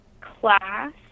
class